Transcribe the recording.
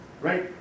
right